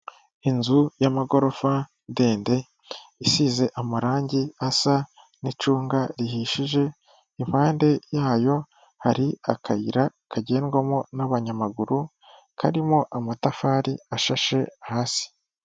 Inzu y'amagorofa ndende isize amarangi asa n'icunga rihishije, impande yayo hari akayira kagendwamo n'abanyamaguru, karimo amatafari ashashe hasi.